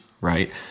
right